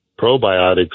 Probiotics